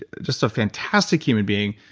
just a fantastic human being,